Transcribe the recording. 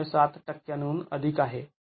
०७ टक्क्यां हून अधिक आहे